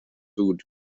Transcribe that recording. food